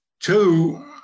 Two